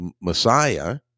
Messiah